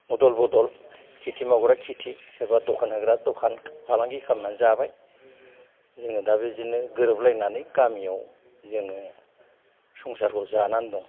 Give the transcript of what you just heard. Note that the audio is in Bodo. अदल बदल खेथि मावग्राया खेथि सोरबा दखान होग्राया दखान फालांगि खालामनानै जाबाय जोङो दा बेबायदिनो गोरोब लायनानै गामियाव जोङो संसारखौ जाना दं